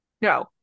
No